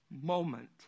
moment